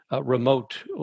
remote